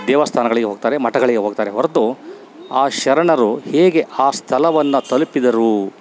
ದೇವಸ್ಥಾನಗಳಿಗೆ ಹೋಗ್ತಾರೆ ಮಠಗಳಿಗೆ ಹೋಗ್ತಾರೆ ಹೊರ್ತು ಆ ಶರಣರು ಹೇಗೆ ಆ ಸ್ಥಳವನ್ನ ತಲುಪಿದರೂ